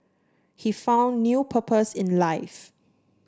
he found new purpose in life